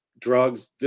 drugs